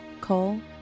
Cole